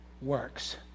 works